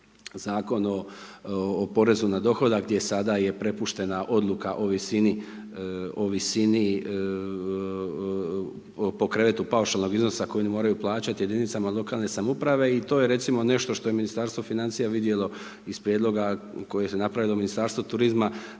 Zakon o porezu na dohodak gdje sada je prepuštena odluka o visini, po krevetu paušalnog iznosa koji oni moraju plaćati jedinicama lokalne samouprave i to je recimo nešto što je Ministarstvo financija vidjelo iz prijedloga koji se napravilo Ministarstvo turizma